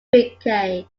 brigade